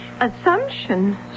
Assumption